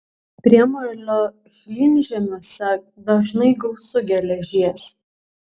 priemolio šlynžemiuose dažnai gausu geležies